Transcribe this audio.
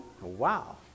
Wow